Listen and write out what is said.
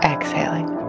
Exhaling